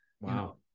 Wow